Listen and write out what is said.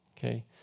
Okay